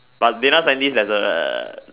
but data scientist there's a uh